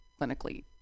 clinically